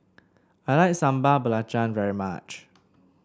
I like Sambal Belacan very much